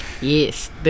Yes